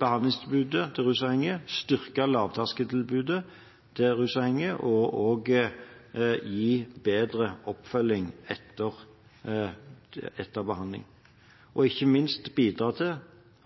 behandlingstilbudet til rusavhengige, styrke lavterskeltilbudet til rusavhengige og gi bedre oppfølging etter behandling og ikke minst bidra til